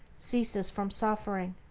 ceases from suffering.